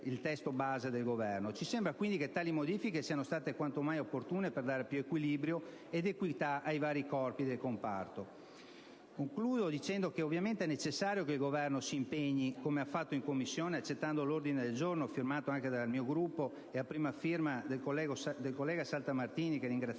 il testo base del Governo. Ci sembra che tali modifiche siano state quanto mai opportune per dare più equilibrio ed equità ai vari corpi del comparto. Ovviamente, è necessario che il Governo si impegni, come ha fatto in Commissione accettando l'ordine del giorno firmato anche dal mio Gruppo e a prima firma del collega Saltamartini, che ringraziamo,